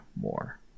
more